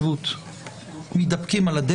בשעה שמאות אלפי זכאי חוק השבות מתדפקים על הדלת,